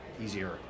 easier